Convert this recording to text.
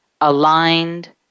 aligned